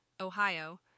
Ohio